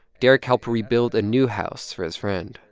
derek helped rebuild a new house for his friend.